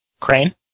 Crane